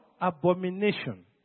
Abomination